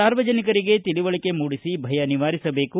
ಸಾರ್ವಜನಿಕರಿಗೆ ತಿಳುವಳಿಕೆ ಮೂಡಿಸಿ ಭಯ ನಿವಾರಿಸಬೇಕು